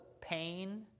pain